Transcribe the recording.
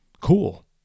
Cool